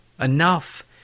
enough